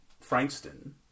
Frankston